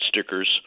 stickers